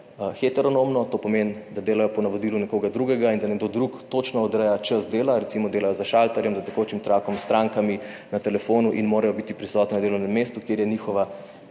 heteronomno, to pomeni, da delajo po navodilu nekoga drugega, in da nekdo drug točno odreja čas dela, recimo delajo za šalterjem, za tekočim trakom, s strankami, na telefonu in morajo biti prisotni na delovnem mestu, kjer je njihova